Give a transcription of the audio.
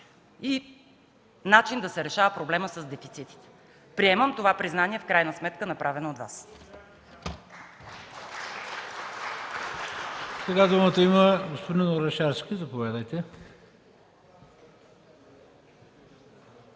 и начин да се решава проблемът с дефицита. Приемам това признание в крайна сметка, направено от Вас.